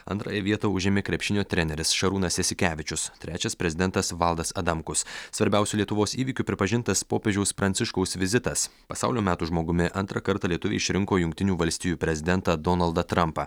antrąją vietą užėmė krepšinio treneris šarūnas jasikevičius trečias prezidentas valdas adamkus svarbiausiu lietuvos įvykiu pripažintas popiežiaus pranciškaus vizitas pasaulio metų žmogumi antrą kartą lietuviai išrinko jungtinių valstijų prezidentą donaldą trampą